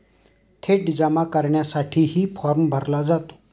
थेट जमा करण्यासाठीही फॉर्म भरला जातो